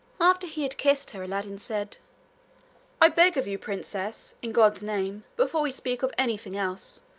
after he had kissed her aladdin said i beg of you, princess, in god's name, before we speak of anything else,